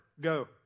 go